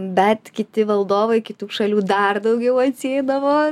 bet kiti valdovai kitų šalių dar daugiau atsieidavo